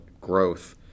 growth